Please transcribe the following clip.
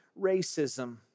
racism